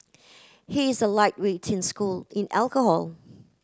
he is a lightweight in school in alcohol